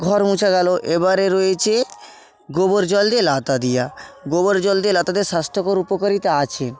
ঘর মোছা গেলো এবারে রয়েছে গোবর জল দিয়ে ন্যাতা দেওয়া গোবর জল দিয়ে ন্যাতা দেওয়ার স্বাস্থ্যকর উপকারিতা আছে